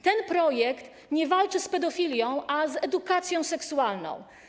Ten projekt nie walczy z pedofilią, ale z edukacją seksualną.